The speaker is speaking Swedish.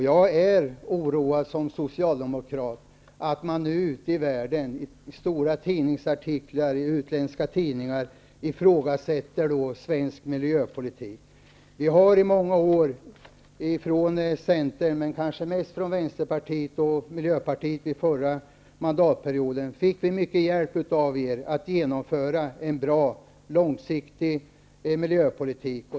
Jag är som socialdemokrat oroad över att man ute i världen, i stora tidningsartiklar i utländska tidningar, ifrågasätter svensk miljöpolitik. Vi har i många år från Centern, men kanske mest från Vänsterpartiet och Miljöpartiet under förra mandatperioden, fått mycket hjälp att genomföra en bra långsiktig miljöpolitik.